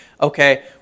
Okay